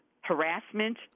harassment